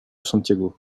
santiago